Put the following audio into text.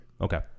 Okay